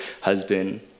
husband